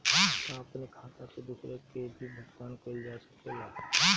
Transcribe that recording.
का अपने खाता से दूसरे के भी भुगतान कइल जा सके ला?